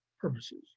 purposes